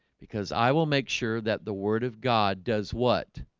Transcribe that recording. because i will make sure that the word of god does what?